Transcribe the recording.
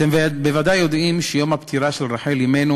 אתם בוודאי יודעים שיום הפטירה של רחל אמנו